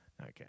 okay